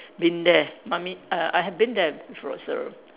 been there mummy uh I have been there for so